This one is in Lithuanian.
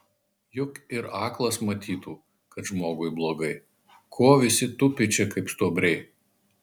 juk ir aklas matytų kad žmogui blogai ko visi tupi čia kaip stuobriai